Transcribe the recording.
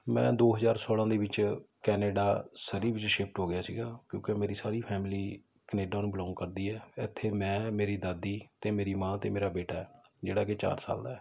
ਮੈਂ ਦੋ ਹਜ਼ਾਰ ਸੌਲ੍ਹਾਂ ਦੇ ਵਿੱਚ ਕੈਨੇਡਾ ਸਰੀ ਵਿੱਚ ਸ਼ਿਫਟ ਹੋ ਗਿਆ ਸੀਗਾ ਕਿਉਂਕਿ ਮੇਰੀ ਸਾਰੀ ਫੈਮਲੀ ਕੈਨੇਡਾ ਨੂੰ ਬਿਲੋਂਗ ਕਰਦੀ ਹੈ ਇੱਥੇ ਮੈਂ ਮੇਰੀ ਦਾਦੀ ਅਤੇ ਮੇਰੀ ਮਾਂ ਅਤੇ ਮੇਰਾ ਬੇਟਾ ਜਿਹੜਾ ਕਿ ਚਾਰ ਸਾਲ ਦਾ ਹੈ